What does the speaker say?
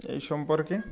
এই সম্পর্কে